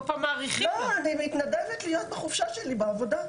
לא, אני מתנדבת להיות בחופשה שלי בעבודה.